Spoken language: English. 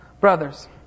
Brothers